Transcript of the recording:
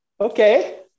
okay